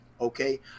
okay